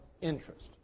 interest